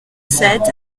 sept